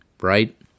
right